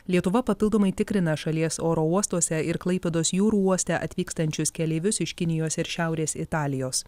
lietuva papildomai tikrina šalies oro uostuose ir klaipėdos jūrų uoste atvykstančius keleivius iš kinijos ir šiaurės italijos